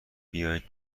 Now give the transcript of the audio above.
بیایید